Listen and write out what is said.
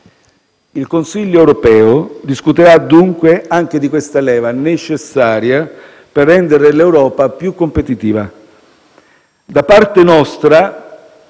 Il Consiglio europeo discuterà, dunque, anche di questa leva necessaria per rendere l'Europa più competitiva.